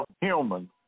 human